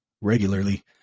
regularly